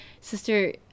Sister